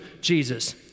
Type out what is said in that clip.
Jesus